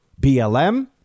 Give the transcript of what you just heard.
BLM